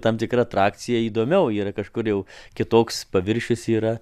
tam tikra atrakcija įdomiau yra kažkur jau kitoks paviršius yra